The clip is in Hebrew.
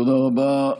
תודה רבה.